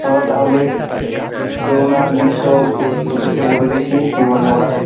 চ তাহলে রৌনক বিশ্ব ওদেরকে বলে দেখি কী বলে ওরা